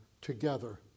together